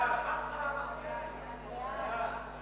את הנושא לוועדה